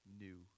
new